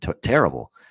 Terrible